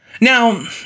Now